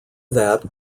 that